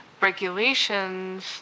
regulations